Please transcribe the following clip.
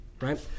right